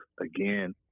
again